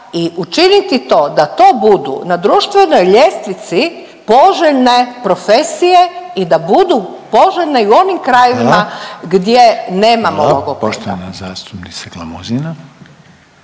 i učiniti to da to budu na društvenoj ljestvici poželjne profesije i da budu poželjne i u onim krajevima …/Upadica